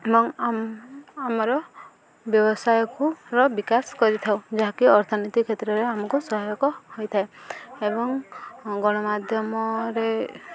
ଏବଂ ଆମର ବ୍ୟବସାୟକୁର ବିକାଶ କରିଥାଉ ଯାହାକି ଅର୍ଥନୀତି କ୍ଷେତ୍ରରେ ଆମକୁ ସହାୟକ ହୋଇଥାଏ ଏବଂ ଗଣମାଧ୍ୟମରେ